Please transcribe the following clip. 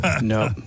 No